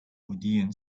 odeon